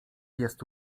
jest